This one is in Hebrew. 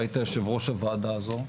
והיית יושב ראש הוועדה הזו.